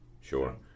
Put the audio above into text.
Sure